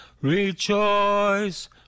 Rejoice